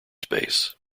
space